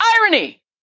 Irony